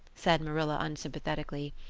said marilla unsympathetically.